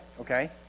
okay